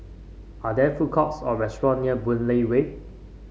are there food courts or restaurant near Boon Lay Way